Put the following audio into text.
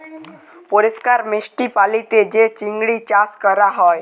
পরিষ্কার মিষ্টি পালিতে যে চিংড়ি চাস ক্যরা হ্যয়